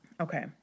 Okay